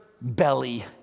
belly